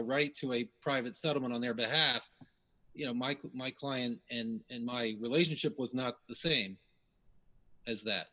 right to a private settlement on their behalf you know michael my client and my relationship was not the same as that